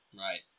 right